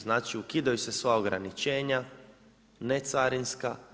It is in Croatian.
Znači, ukidaju se sva ograničenja necarinska.